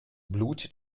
blut